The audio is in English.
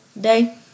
day